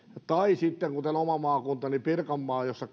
tai kuten oma maakuntani pirkanmaa jossa